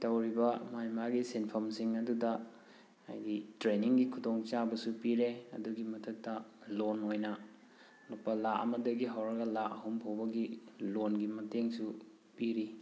ꯇꯧꯔꯤꯕ ꯃꯥꯏ ꯃꯥꯒꯤ ꯁꯤꯟꯐꯝꯁꯤꯡ ꯑꯗꯨꯗ ꯍꯥꯏꯗꯤ ꯇ꯭ꯔꯦꯟꯅꯤꯡꯒꯤ ꯈꯨꯗꯣꯡꯆꯥꯕꯁꯨ ꯄꯤꯔꯦ ꯑꯗꯨꯒꯤ ꯃꯊꯛꯇ ꯂꯣꯟ ꯑꯣꯏꯅ ꯂꯨꯄꯥ ꯂꯥꯈ ꯑꯃꯗꯒꯤ ꯍꯧꯔꯒ ꯂꯨꯄꯥ ꯂꯥꯈ ꯑꯍꯨꯝꯐꯥꯎꯕꯒꯤ ꯂꯣꯟꯒꯤ ꯃꯇꯦꯡꯁꯨ ꯄꯤꯔꯤ